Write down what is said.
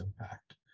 impact